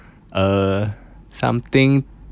err something